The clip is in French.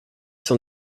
sont